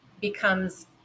becomes